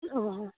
ꯑꯣ ꯑꯣ